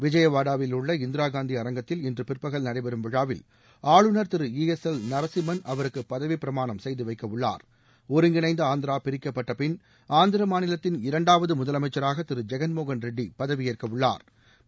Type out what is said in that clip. விஜயவாடாவிலுள்ள இந்திரா காந்தி அரங்கத்தில் இன்று பி ற் பகல் நடைபெறும் விழாவில் ஆளுநர் Thiru E S L Narasimhan அவருக்கு பதவி பிரமாணம் செய்து எவக்க உள்ளாாட்ட் ஒருங்கிணைந்த ஆ ந்திர மாநிலத்தின் இரண்டாவது முதலமைச்சராக தி ரு ஜெகன் மோகன் ரெட்டி பதவியேற்க உள்ளாா்